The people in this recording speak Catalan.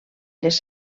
les